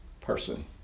person